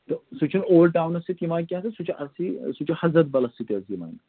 تہٕ سُہ چھِنہٕ اولڈٕ ٹاوٕنَس سۭتۍ یِوان کیٚنہہ تہٕ سُہ چھِ اَصلی سُہ چھُ حضرت بَلَس سۭتۍ حظ یِوان